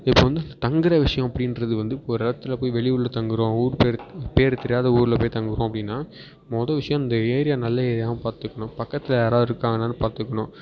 இப்போ வந்து தங்குகிற விஷயம் அப்படின்றது வந்து இப்போ ஒரு இடத்துல போய் வெளி ஊரில் தங்குகிறோம் ஊர் பேர் பேர் தெரியாத ஊரில் போய் தங்குகிறோம் அப்படின்னா மொதோல் விஷயம் இந்த ஏரியா நல்ல ஏரியாவா பாத்துக்கணும் பக்கத்தில் யாராவது இருக்காங்களான்னு பார்த்துக்குணும்